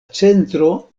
centro